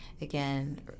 Again